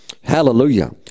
hallelujah